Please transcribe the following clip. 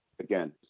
Again